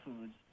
foods